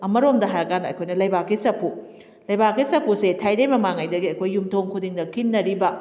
ꯑꯃꯔꯣꯝꯗ ꯍꯥꯏꯔ ꯀꯥꯟꯗ ꯑꯩꯈꯣꯏꯅ ꯂꯩꯕꯥꯛꯀꯤ ꯆꯥꯐꯨ ꯂꯩꯕꯥꯛꯀꯤ ꯆꯥꯐꯨꯁꯦ ꯊꯥꯏꯅꯩ ꯃꯃꯥꯡꯉꯩꯗꯒꯤ ꯑꯩꯈꯣꯏ ꯌꯨꯝꯊꯣꯡ ꯈꯨꯗꯤꯡꯗ ꯈꯤꯟꯅꯔꯤꯕ